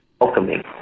welcoming